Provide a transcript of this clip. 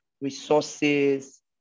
resources